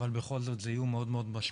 אבל בכל זאת זה איום מאוד משמעותי,